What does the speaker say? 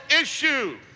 issue